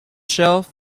shelf